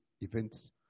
events